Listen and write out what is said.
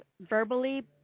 verbally